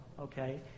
okay